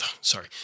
sorry